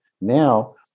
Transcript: now